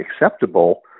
acceptable